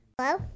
Hello